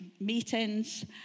meetings